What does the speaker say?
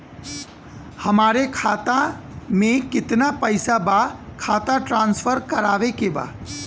हमारे खाता में कितना पैसा बा खाता ट्रांसफर करावे के बा?